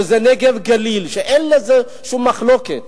שזה נגב-גליל, שאין בזה שום מחלוקת,